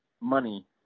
money